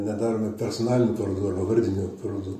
nedarome personalinių parodų arba vardinių parodų